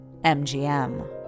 MGM